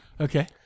Okay